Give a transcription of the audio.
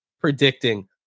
Predicting